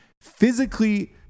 physically